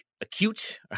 acute